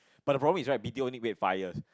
but the problem is right B_T_O only wait five years